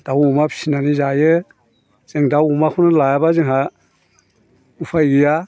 दाव अमा फिसिनानै जायो जों दाव अमाखौनो लायाबा जोंहा उफाय गैया